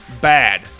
Bad